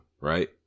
right